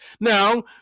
Now